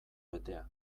betea